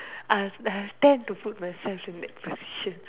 I I have tend to put myself in that position